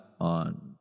on